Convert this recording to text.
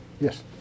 Yes